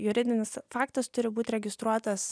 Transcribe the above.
juridinis faktas turi būt registruotas